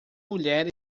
mulher